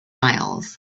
miles